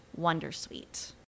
wondersuite